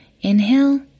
Inhale